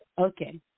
Okay